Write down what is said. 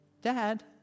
Dad